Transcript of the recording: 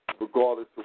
Regardless